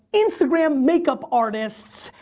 instagram makeup artists,